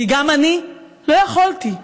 כי גם אני לא יכולתי,